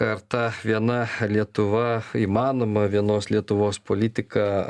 ar ta viena lietuva įmanoma vienos lietuvos politika